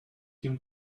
him